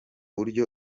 buryo